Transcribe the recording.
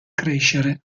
crescere